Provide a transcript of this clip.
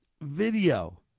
video